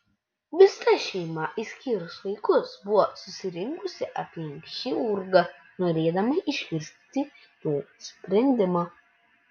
visa šeima išskyrus vaikus buvo susirinkusi aplink chirurgą norėdama išgirsti jo sprendimą